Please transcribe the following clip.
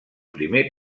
primer